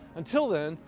until then,